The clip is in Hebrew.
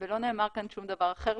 להבנתי לא נאמר כאן שום דבר אחר,